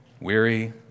weary